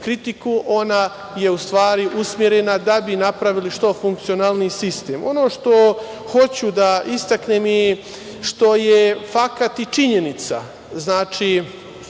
ona je u stvari usmerena da bi napravili što funkcionalniji sistem. Ono što hoću da istaknem i što je fakat i činjenica, znači,